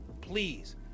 please